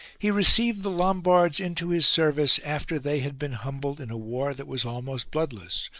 he received the lom bards into his service after they had been humbled in a war that was almost bloodless,